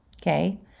Okay